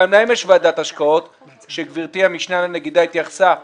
גם להם יש ועדת השקעות שגברתי המשנה לנגידה התייחסה לזה,